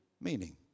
meaning